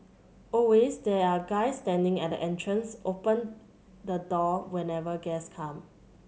always there are guys standing at the entrance open the door whenever guests come